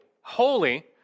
holy